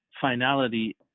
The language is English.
finality